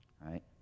right